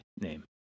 name